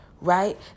right